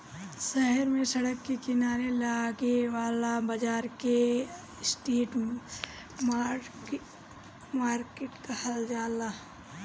शहर में सड़क के किनारे लागे वाला बाजार के स्ट्रीट मार्किट कहल जाला